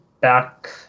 back